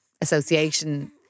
association